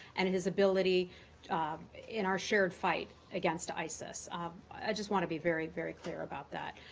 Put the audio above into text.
and his ability in our shared fight against isis. um i just want to be very, very clear about that.